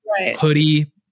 hoodie